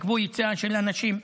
עיכבו יציאה של אנשים.